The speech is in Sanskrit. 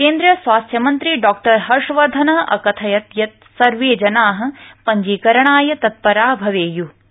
केन्द्रीय स्वास्थ्य मन्त्री डॉक्टर हर्षवर्धन अकथयत् यत् सर्वे जना पञ्जीकरणाय तत्परा भवेय्